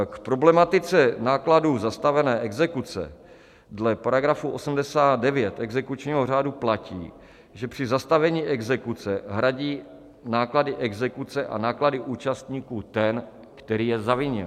K problematice nákladů zastavené exekuce dle § 89 exekučního řádu platí, že při zastavení exekuce hradí náklady exekuce a náklady účastníků ten, který je zavinil.